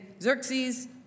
Xerxes